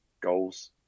goals